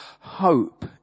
hope